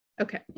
Okay